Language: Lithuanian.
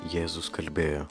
jėzus kalbėjo